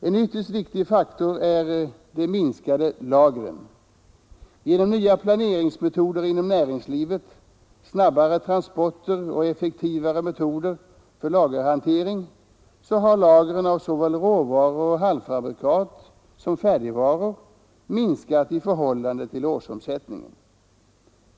En ytterst viktig faktor är de minskade lagren. Genom nya planeringsmetoder inom näringslivet, snabbare transporter och effektivare metoder för lagerhantering har lagren av såväl råvaror och halvfabrikat som färdigvaror minskat i förhållande till årsomsättningen.